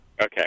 okay